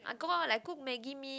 I cook Maggi-Mee